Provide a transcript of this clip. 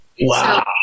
Wow